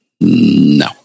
No